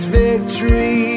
victory